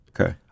Okay